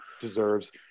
deserves